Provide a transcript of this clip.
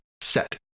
set